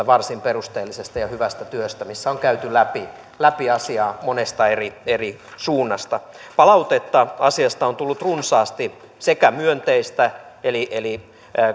varsin perusteellisesta ja hyvästä työstä missä on käyty läpi läpi asiaa monesta eri eri suunnasta palautetta asiasta on tullut runsaasti myönteistä eli eli